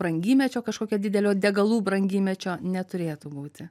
brangymečio kažkokio didelio degalų brangymečio neturėtų būti